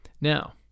Now